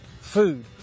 food